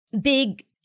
big